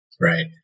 right